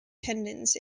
tendons